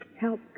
Help